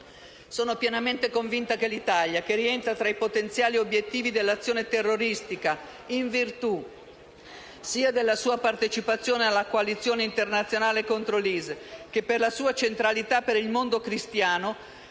Sono pienamente convinta che l'Italia, che rientra tra i potenziali obiettivi dell'azione terroristica, in virtù sia della sua partecipazione alla coalizione internazionale contro l'IS che della sua centralità per il mondo cristiano,